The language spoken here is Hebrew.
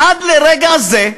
עד לרגע זה,